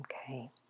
Okay